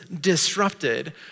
disrupted